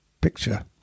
picture